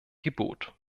gebot